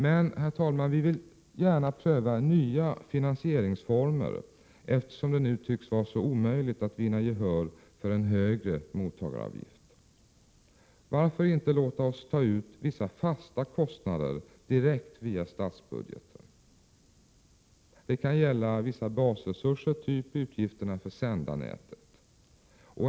Men, herr talman, vi vill gärna pröva nya finansieringsformer, eftersom det nu tycks vara helt omöjligt att vinna gehör för en högre mottagaravgift. Varför inte ta ut vissa fasta kostnader direkt via statsbudgeten? Det kan gälla vissa basresurser, typ utgifterna för sändarnätet.